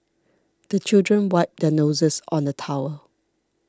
the children wipe their noses on the towel